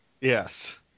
Yes